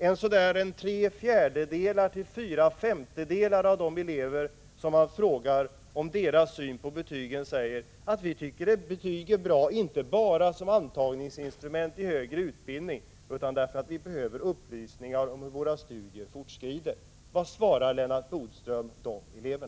Omkring tre fjärdedelar till fyra femtedelar av de elever som man har frågat om deras syn på betyg säger: Vi tycker betyg är bra, inte bara som antagningsinstrument när det gäller högre utbildning, utan därför att vi behöver upplysning om hur våra studier fortskrider. Vad svarar Lennart Bodström dessa elever?